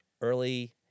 early